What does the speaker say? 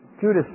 Judas